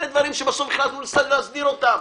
אלו דברים שבסוף הצלחנו להסדיר אותם.